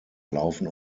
laufen